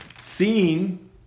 seeing